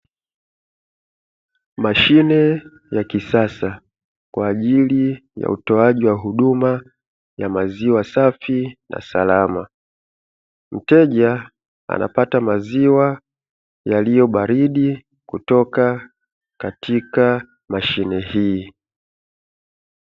Mashine ya kisasa kwa ajili ya utoaji wa huduma ya maziwa safi na salama. Mteja anapata maziwa yaliyobaridi kutoka katika mashine hii.